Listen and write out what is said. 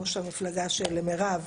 ראש המפלגה של מירב,